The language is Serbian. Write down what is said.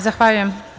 Zahvaljujem.